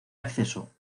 acceso